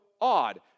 odd